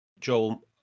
Joel